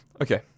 Okay